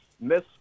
miss